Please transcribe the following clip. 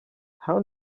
how